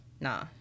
nah